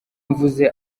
mvuze